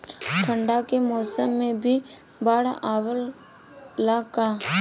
ठंडा के मौसम में भी बाढ़ आवेला का?